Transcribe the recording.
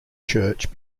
church